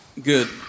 good